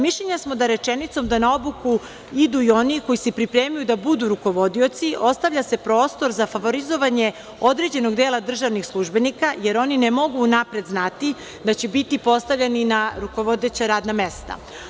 Mišljenja smo da rečenicom – da na obuku idu i oni koji se pripremaju da budu rukovodioci, ostavlja se prostor za favorizovanje određenog dela državnih službenika jer oni ne mogu unapred znati da će biti postavljeni na rukovodeća radna mesta.